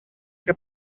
che